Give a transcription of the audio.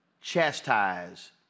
chastise